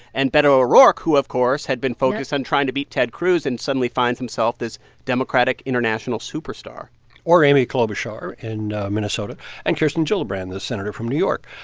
and beto o'rourke, who, of course, had been focused on trying to beat ted cruz and suddenly finds himself this democratic international superstar or amy klobuchar in minnesota and kirsten gillibrand, the senator from new york,